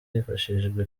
hifashishijwe